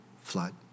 flood